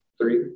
three